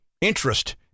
interest